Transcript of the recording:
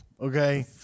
okay